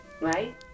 right